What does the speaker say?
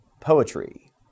poetry